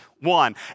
one